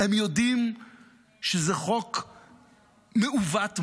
הם יודעים שזה חוק מעוות מוסרית,